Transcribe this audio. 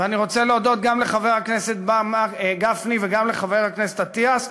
ואני רוצה להודות גם לחבר הכנסת גפני וגם לחבר הכנסת אטיאס,